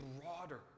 broader